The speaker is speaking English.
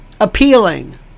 appealing